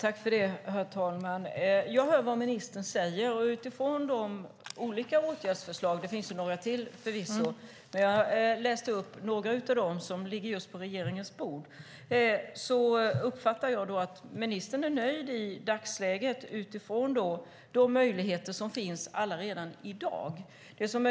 Herr talman! Jag hör vad ministern säger, och utifrån de olika åtgärdsförslag som förvisso finns - jag läste upp några av dem som ligger på regeringens bord - uppfattar jag att ministern i dagsläget är nöjd med de möjligheter som finns allaredan i dag.